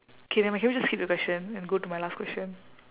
K nevermind can we just skip the question and go to my last question